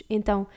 Então